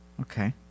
Okay